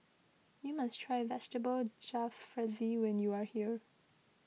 you must try Vegetable Jalfrezi when you are here